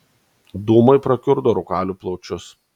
dūmai prakiurdo rūkalių plaučius